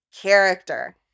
character